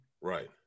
Right